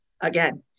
again